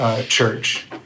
church